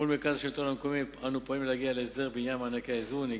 מול מרכז השלטון המקומי אנו פועלים להגיע להסדר בעניין מענקי האיזון.